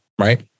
right